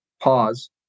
pause